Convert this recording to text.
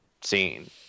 scene